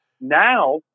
Now